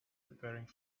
preparing